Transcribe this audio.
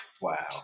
Wow